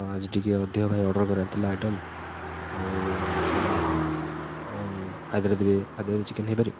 ଆଜି ଟିକେ ଅଧିକ ଭାଇ ଅର୍ଡ଼ର କରିବାର ଥିଲା ଆଇଟମ୍ ଆଉ କ'ଣ ହାଇଦ୍ରାବାଦୀ ଚିକେନ ହେଇପାରିବ